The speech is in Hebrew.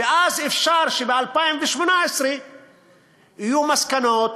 ואז אפשר שב-2018 יהיו מסקנות,